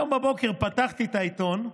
היום בבוקר פתחתי את העיתון,